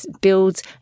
builds